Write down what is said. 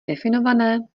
definované